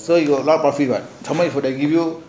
so you run properly what how much would they give you